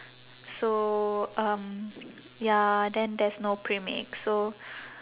so um ya then there's no bread mix so